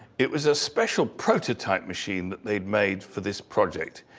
it was a special prototype machine that they made for this project.